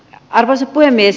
arvoisa puhemies